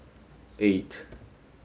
eight